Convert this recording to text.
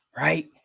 right